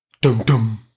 Dum-dum